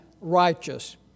righteous